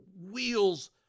wheels